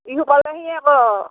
বিহু পালেহিয়ে আকৌ